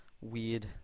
weird